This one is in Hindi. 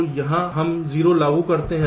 तो हम यहां 0 लागू करते हैं